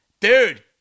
Dude